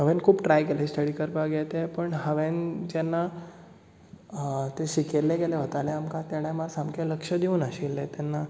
हांवेन खूब ट्राय केली स्टडी करपाक हे तें पूण हांवेन जेन्ना तें शिकयलें गेले वताले आमकां त्या टायमार सारकें लक्ष दिवंक नाशिल्लें तेन्ना